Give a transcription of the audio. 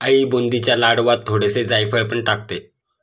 आई बुंदीच्या लाडवांत थोडेसे जायफळ पण टाकते